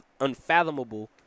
unfathomable